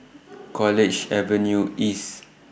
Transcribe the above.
College Avenue East